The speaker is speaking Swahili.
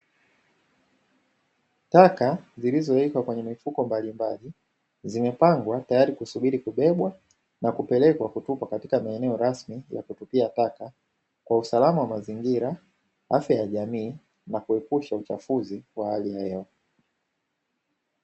Taka zilizowekwa kwenye mifuko mbalimbali zimepangwa tayari kusubiri kubebwa na kupelekwa kutupwa katika maeneo rasmi ya kutupia taka kwa usalama wa mazingira, afya ya jamii na kuepusha uchafuzi wa hali ya hewa.